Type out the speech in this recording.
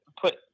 put